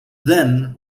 then